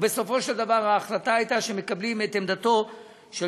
ובסופו של דבר ההחלטה הייתה שמקבלים את עמדתו של